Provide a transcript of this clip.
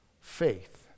faith